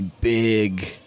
big